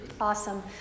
Awesome